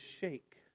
shake